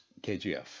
kgf